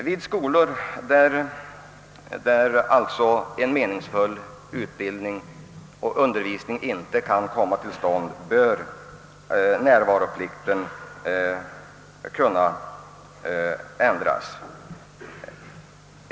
Vid skolor där alltså en meningsfull utbildning och undervisning inte kan komma till stånd bör elever frigöras från närvaroplikten.